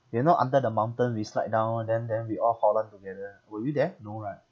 you're not under the mountain we slide down [one] then then we all hor lan together were you there no right